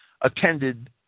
attended